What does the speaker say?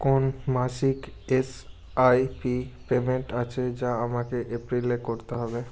কোন মাসিক SIP payment আছে যা আমাকে এপ্রিলে করতে হবে